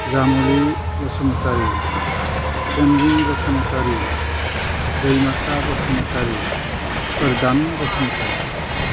Jamuli Basumatary Tenzing Basumatary Daimasa Basumatary Phordan Basumatary